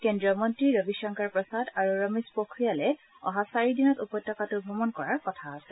কেন্দ্ৰীয় মন্ত্ৰী ৰবিশংকৰ প্ৰসাদ আৰু ৰমেশ পোখৰিয়ালে অহা চাৰিদিনত উপত্যকাটো ভ্ৰমণ কৰাৰ কথা আছে